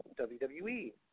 WWE